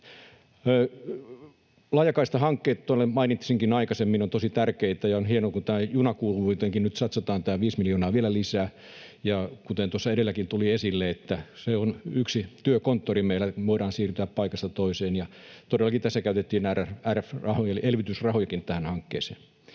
Laajakaistahankkeet tuolla mainitsinkin aikaisemmin. Ne ovat tosi tärkeitä, ja on hienoa, kun tähän junakuuluvuuteenkin nyt satsataan tämä viisi miljoonaa vielä lisää. Kuten tuossa edelläkin tuli esille, se on yksi työkonttori meillä, että me voidaan siirtyä paikasta toiseen. Todellakin tässä käytettiin RRF-rahojakin eli elvytysrahojakin tähän hankkeeseen.